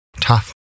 tough